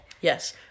Yes